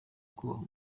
kubaha